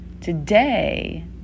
Today